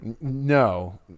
no